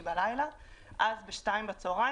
האזרח,